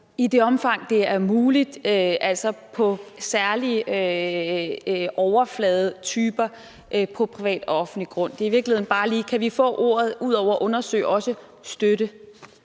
i det omfang, det er muligt, på særlige overfladetyper på privat og offentlig grund? Det er i virkeligheden bare lige, om vi ud over ordet undersøge også kan